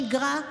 השגרה,